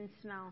smell